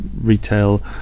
retail